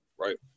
right